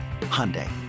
Hyundai